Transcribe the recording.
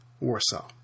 Warsaw